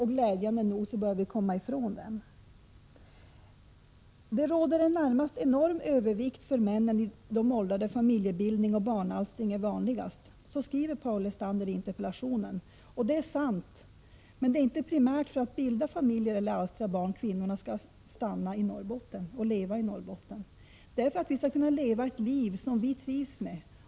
Glädjande nog har vi börjat komma ifrån den. ”Det råder en närmast enorm övervikt för männen i de åldrar där familjebildning och barnalstring är vanligast”, skriver Paul Lestander i sin interpellation. Det är sant, men det är inte primärt för att bilda familj eller alstra barn som kvinnorna skall stanna i Norrbotten, utan för att kunna leva ett liv som de trivs med.